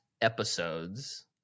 episodes